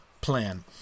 plan